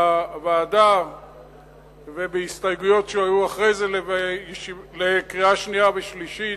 בוועדה ובהסתייגויות שיעלו אחרי זה לקריאה שנייה ולקריאה שלישית,